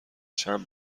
چند